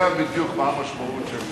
בדיוק מה המשמעות של